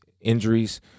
injuries